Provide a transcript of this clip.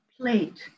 plate